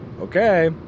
Okay